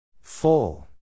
Full